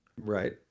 Right